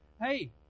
hey